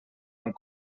amb